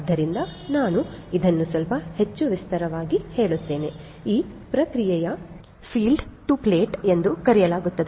ಆದ್ದರಿಂದ ನಾನು ಇದನ್ನು ಸ್ವಲ್ಪ ಹೆಚ್ಚು ವಿಸ್ತಾರವಾಗಿ ಹೇಳುತ್ತೇನೆ ಈ ಪ್ರಕ್ರಿಯೆಯನ್ನು ಫೀಲ್ಡ್ ಟು ಪ್ಲೇಟ್ ಎಂದು ಕರೆಯಲಾಗುತ್ತದೆ